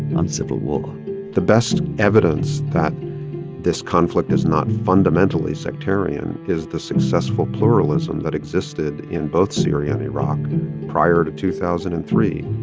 on civil war the best evidence that this conflict is not fundamentally sectarian is the successful pluralism that existed in both syria and iraq prior to two thousand and three.